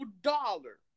dollar